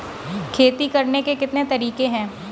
खेती करने के कितने तरीके हैं?